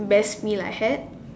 best meal I had